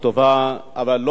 אבל לא על זה עליתי לדבר.